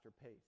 pace